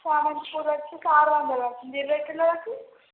చామంతి పూలు వచ్చి ఆరు వందలా ఇరవై కిలోలకి